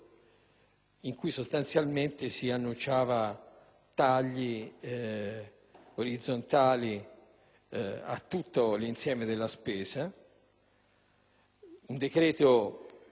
in cui sostanzialmente si annunciavano tagli orizzontali a tutto l'insieme della spesa. Questo decreto